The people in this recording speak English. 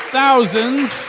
thousands